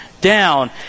down